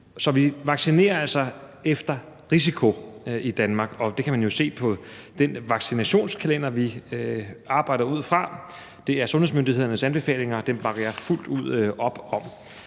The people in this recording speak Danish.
Så vi vaccinerer altså efter risiko i Danmark, og det kan man jo se på den vaccinationskalender, vi arbejder ud fra. Det er sundhedsmyndighedernes anbefalinger, og dem bakker jeg fuldt ud op om,